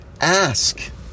ask